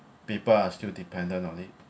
people are still dependent on it